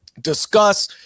discuss